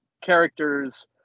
characters